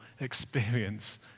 experience